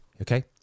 Okay